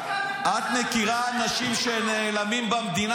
את מכירה אנשים שנעלמים במדינה?